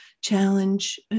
challenge